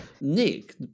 Nick